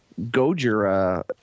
Gojira